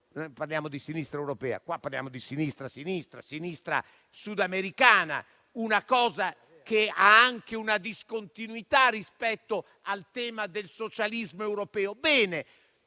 parliamo di sinistra non europea, ma di sinistra-sinistra, quella sudamericana, una cosa che ha anche una discontinuità rispetto al tema del socialismo europeo.